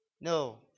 No